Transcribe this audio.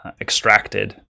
extracted